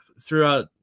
throughout